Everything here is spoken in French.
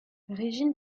régine